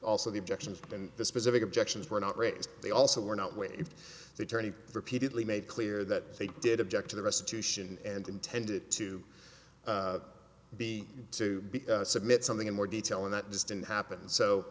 also the objections and the specific objections were not raised they also were not waived the attorney repeatedly made clear that they did object to the restitution and intended to be to submit something in more detail and that just didn't happen so